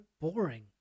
boring